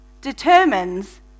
determines